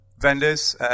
vendors